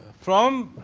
from,